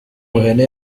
hene